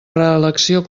reelecció